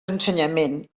ensenyament